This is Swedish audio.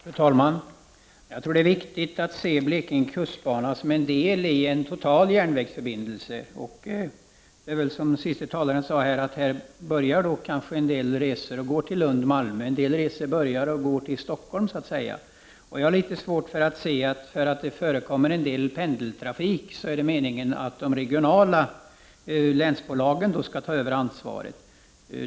Fru talman! Jag tror att det är viktigt att se Blekinge kustbana som en del i en total järnvägsförbindelse. Som den senaste talaren sade, börjar en del resor i Blekinge och går till Lund och Malmö, och en del går till Stockholm. Jag har litet svårt att se att förekomsten av pendeltrafik är ett skäl för att de regionala länsbolagen skall ta över ansvaret.